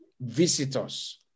visitors